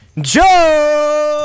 Joe